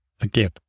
Again